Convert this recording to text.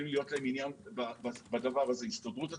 להיות להם עניין בדבר הזה: ההסתדרות הציונית,